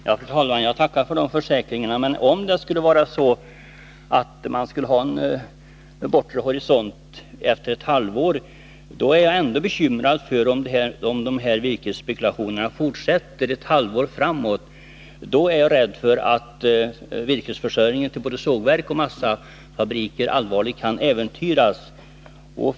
Fru talman! Jag tackar för dessa försäkringar. Men om det skulle vara så att den bortre horisonten ligger mer än ett halvår framåt i tiden kan dessa virkesspekulationer komma att fortsätta lika länge, och det gör mig bekymrad. Då är jag rädd för att virkesförsörjningen till både sågverk och massafabriker allvarligt kan äventyras.